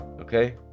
Okay